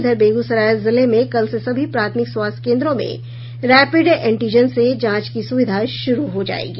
इधर बेग्सराय जिले में कल से सभी प्राथमिक स्वास्थ्य केन्द्रों में रैपिड एंटीजन से जांच की सुविधा शुरू हो जायेगी